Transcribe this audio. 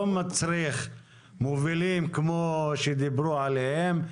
לא מצריך מובילים כמו שדיברו עליהם.